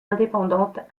indépendante